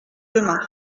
demain